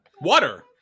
Water